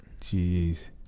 Jeez